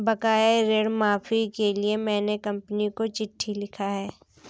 बकाया ऋण माफी के लिए मैने कंपनी को चिट्ठी लिखा है